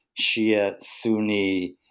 Shia-Sunni